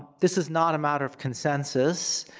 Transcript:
this is not a matter of consensus.